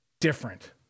different